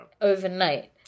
overnight